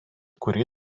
kurį